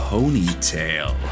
Ponytail